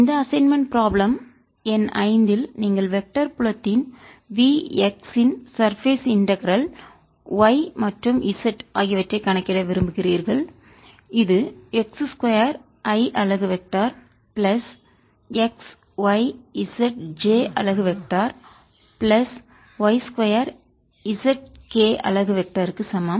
இந்த அசைன்மென்ட்ன் ப்ராப்ளம் எண் 5 யில் நீங்கள் வெக்டர் புலத்தின் Vx யின் சர்பேஸ் இன்டகரல் மேற்பரப்பு ஒருங்கிணைப்பை y மற்றும் z ஆகியவற்றைக் கணக்கிட விரும்புகிறீர்கள் இது x2 i அலகு vector plus x y z j அலகு வெக்டர் பிளஸ் y 2zk அலகு வெக்டர் க்கு சமம்